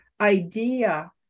idea